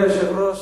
אדוני היושב-ראש,